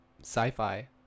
Sci-fi